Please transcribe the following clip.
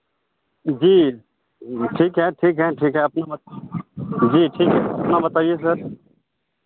जी ठीक हैं ठीक हैं ठीक हैं अपना बात जी ठीक अपना बताइए सर